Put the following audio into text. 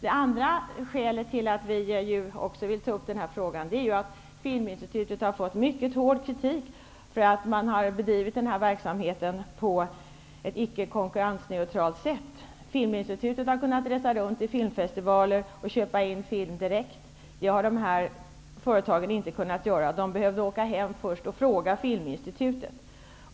Det andra skälet till att vi vill ta upp denna fråga är att Filminstitutet har fått mycket hård kritik för att man har bedrivit denna verksamhet på ett icke konkurrensneutralt sätt. Filminstitutet har kunnat resa runt till filmfestivaler och köpa in film direkt, vilket de olika företagen inte har kunnat göra. De har först måst resa hem och fråga Filminstitutet.